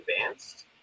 advanced